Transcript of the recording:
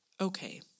okay